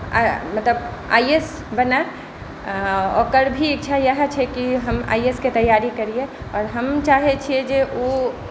आइ मतलब I A S बनै ओकर भी इच्छा इएह छै कि हम आइ ए एस के तैआरी करिए आओर हम चाहै छिए जे ओ